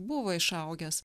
buvo išaugęs